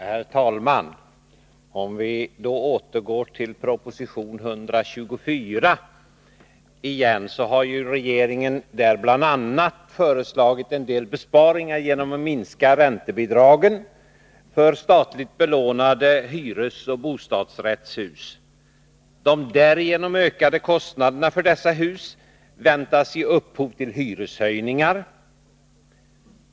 Herr talman! Om vi återgår till proposition 124, vill jag säga att regeringen där bl.a. har föreslagit en del besparingar genom att minska räntebidragen för statligt belånade hyresoch bostadsrättshus. De därigenom ökade kostnaderna för dessa hus väntas ge upphov till hyreshöjningar.